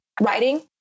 writing